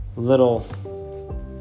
little